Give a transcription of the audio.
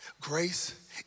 Grace